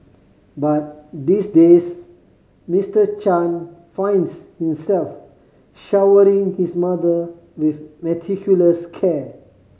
but these days Mister Chan finds himself showering his mother with meticulous care